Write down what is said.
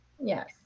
Yes